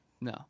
no